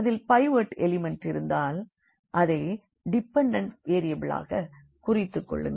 அதில் pivot element இருந்தால் அதை டிபன்டண்ட் வேரியபிளாக குறித்துக்கொள்ளுங்கள்